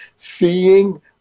seeing